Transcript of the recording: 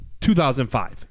2005